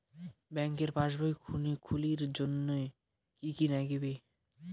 ব্যাঙ্কের পাসবই খুলির জন্যে কি কি নাগিবে?